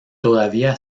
todavía